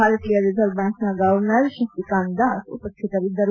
ಭಾರತೀಯ ರಿಸರ್ವ್ ಬ್ಯಾಂಕ್ನ ಗೌವರ್ನರ್ ಶಕ್ತಿಕಾಂತ್ ದಾಸ್ ಉಪಸ್ಟಿತರಿದ್ದರು